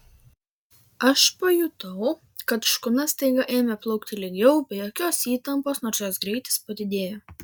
aš pajutau kad škuna staiga ėmė plaukti lygiau be jokios įtampos nors jos greitis padidėjo